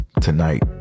tonight